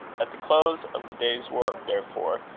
at the close of the day's work, therefore,